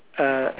uh